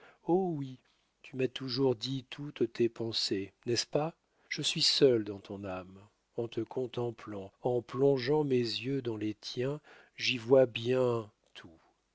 tu m'as toujours dit toutes tes pensées n'est-ce pas je suis seul dans ton âme en te contemplant en plongeant mes yeux dans les tiens j'y vois bien tout